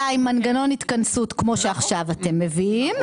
עם מנגנון התכנסות כמו שעכשיו אתם מביאים,